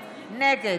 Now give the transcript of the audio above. בדיוק.